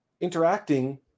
interacting